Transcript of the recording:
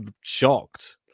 shocked